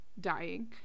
dying